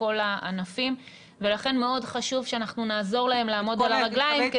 כל הענפים ולכן מאוד חשוב שאנחנו נעזור לכם לעמוד על הרגליים.